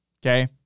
Okay